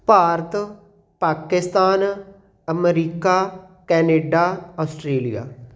Bharat Pakistan America Canada Australia